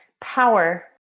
Power